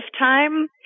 lifetime